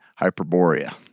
Hyperborea